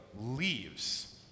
leaves